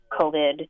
COVID